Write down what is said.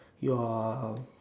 you're